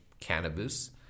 cannabis